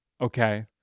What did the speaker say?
okay